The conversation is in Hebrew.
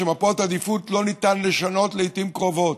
שמפות עדיפות לא ניתן לשנות לעיתים קרובות,